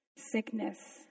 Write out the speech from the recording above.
sickness